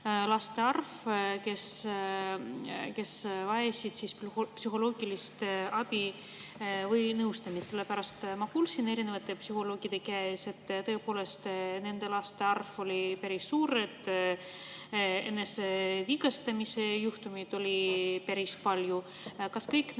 laste arv, kes vajasid psühholoogilist abi või nõustamist. Ma olen kuulnud psühholoogide käest, et tõepoolest nende laste arv oli päris suur ja enesevigastamise juhtumeid oli päris palju. Kas kõik need